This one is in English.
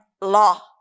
law